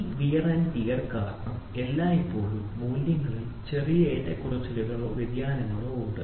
ഈ wear and tear കാരണം എല്ലായ്പ്പോഴും മൂല്യങ്ങളിൽ ചെറിയ ഏറ്റക്കുറച്ചിലുകളോ വ്യതിയാനങ്ങളോ ഉണ്ട്